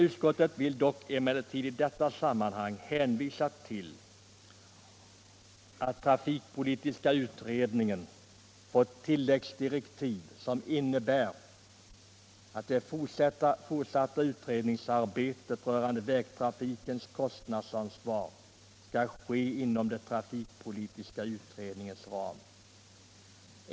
Utskottet vill dock i detta sammanhang hänvisa till att trafikpolitiska utredningen fått tilläggsdirektiv som innebär att det fortsatta utredningsarbetet rörande vägtrafikens kostnadsansvar skall ske inom den trafikpolitiska utredningens ram.